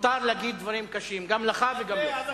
מותר להגיד דברים קשים גם לך וגם לו.